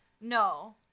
No